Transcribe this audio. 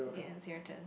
yeah it's your turn